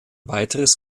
weiteres